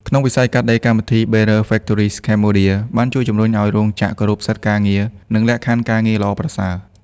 ក្នុងវិស័យកាត់ដេរ កម្មវិធី Better Factories Cambodia បានជួយជំរុញឱ្យរោងចក្រគោរពសិទ្ធិការងារ និងលក្ខខណ្ឌការងារល្អប្រសើរ។